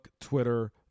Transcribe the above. Twitter